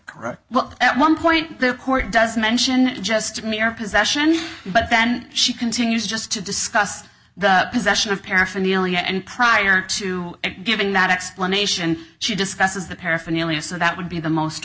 at one point the court does mention just mere possession but then she continues just to discuss the possession of paraphernalia and prior to giving that explanation she discusses the paraphernalia that would be the most